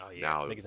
now